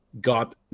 got